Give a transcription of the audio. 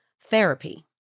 therapy